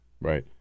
Right